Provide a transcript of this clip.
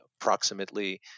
approximately